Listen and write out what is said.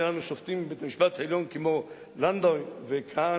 שהיו לנו שופטים בבית-המשפט העליון כמו לנדוי וכהן,